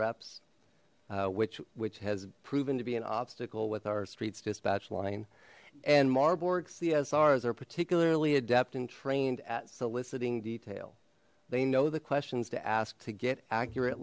reps which which has proven to be an obstacle with our streets dispatch line and marburg csrs are particularly adept and trained at soliciting detail they know the questions to ask to get accurate